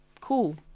Cool